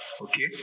okay